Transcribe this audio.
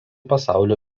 pasaulio